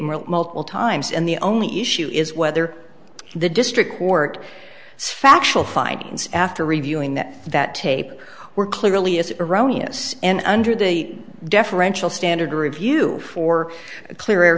multiple times and the only issue is whether the district court factual findings after reviewing that that tape were clearly is erroneous and under the deferential standard review for a clear